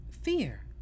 fear